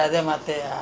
nonsense